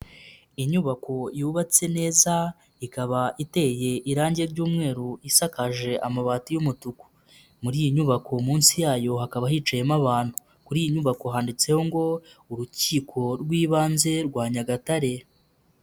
inyubako yubatse neza ikaba iteye irangi ry'umweru isakaje amabati y'umutuku, muri iyi nyubako munsi yayo hakaba hicayemo abantu, kuri iyi nyubako handitseho ngo Urukiko rw'ibanze rwa Nyagatare.